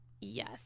yes